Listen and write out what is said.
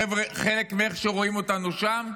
חלק מאיך שרואים אותנו שם,